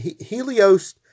Helios